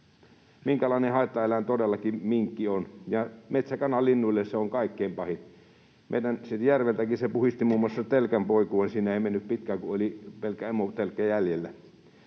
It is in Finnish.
minkälainen haittaeläin todellakin minkki on. Metsäkanalinnuille se on kaikkein pahin. Siitä meidän järveltäkin se puhdisti muun muassa telkän poikueen — siinä ei mennyt pitkään kun oli pelkkä emotelkkä